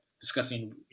discussing